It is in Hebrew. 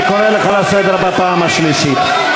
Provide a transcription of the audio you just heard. אני קורא אותך לסדר בפעם השלישית.